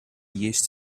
used